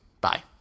Bye